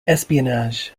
espionage